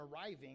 arriving